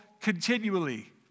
continually